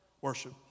Worship